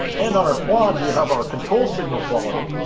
and on our quad, we have our control signal quality,